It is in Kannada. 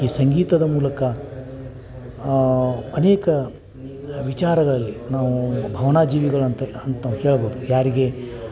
ಈ ಸಂಗೀತದ ಮೂಲಕ ಅನೇಕ ವಿಚಾರಗಳಲ್ಲಿ ನಾವು ಭಾವನಾಜೀವಿಗಳಂತೆ ಅಂತ ನಾವು ಹೇಳ್ಬೋದು ಯಾರಿಗೆ